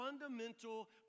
fundamental